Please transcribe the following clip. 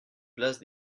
place